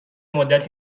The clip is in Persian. مدت